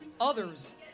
Others